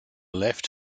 left